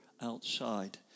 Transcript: outside